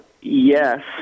yes